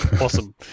Awesome